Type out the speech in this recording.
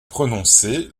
prononcée